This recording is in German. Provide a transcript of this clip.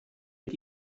mit